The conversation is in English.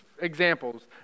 examples